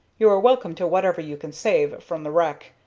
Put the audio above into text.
you are welcome to whatever you can save from the wreck.